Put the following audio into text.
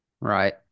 Right